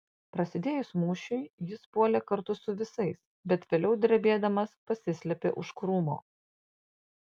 prasidėjus mūšiui jis puolė kartu su visais bet vėliau drebėdamas pasislėpė už krūmo